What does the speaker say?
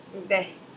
there